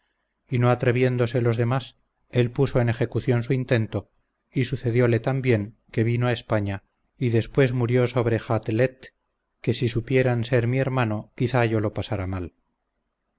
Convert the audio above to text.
y no atreviéndose los demás él puso en ejecución su intento y sucediole tan bien que vino a españa y después murió sobre jatelet que si supieran ser mi hermano quizá yo lo pasara mal